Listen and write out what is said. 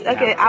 Okay